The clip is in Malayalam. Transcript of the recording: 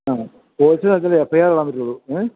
ആ പോലീസിൽ അറിയിച്ചാലേ എഫ് ഐ ആർ ഇടാൻ പറ്റുള്ളൂ ഏ